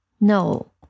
No